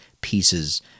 pieces